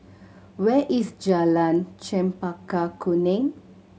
where is Jalan Chempaka Kuning